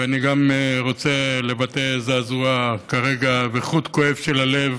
ואני גם רוצה לבטא זעזוע כרגע וחוט כואב של הלב